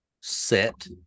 set